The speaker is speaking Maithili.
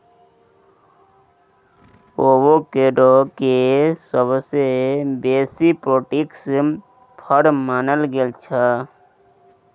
अबोकेडो केँ सबसँ बेसी पौष्टिक फर मानल गेल छै